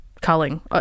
culling